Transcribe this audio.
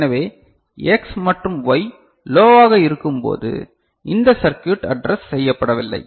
எனவே எக்ஸ் மற்றும் ஒய் லோவாக இருக்கும்போது இந்த சர்க்யுட் அட்ரஸ் செய்யப்படவில்லை